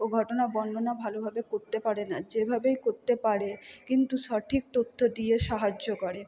ও ঘটনার বর্ণনা ভালোভাবে করতে পারে না যেভাবেই করতে পারে কিন্তু সঠিক তথ্য দিয়ে সাহায্য করে